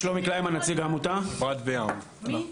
מי אתה?